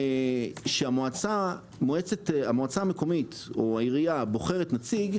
כשהמועצה המקומית או העירייה בוחרת נציג,